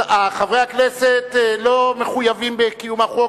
חברי הכנסת לא מחויבים בקיום החוק,